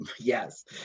Yes